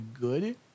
good